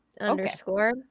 Underscore